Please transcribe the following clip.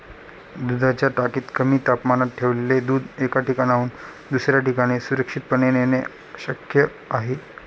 दुधाच्या टाकीत कमी तापमानात ठेवलेले दूध एका ठिकाणाहून दुसऱ्या ठिकाणी सुरक्षितपणे नेणे शक्य आहे